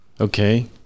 Okay